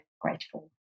grateful